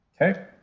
Okay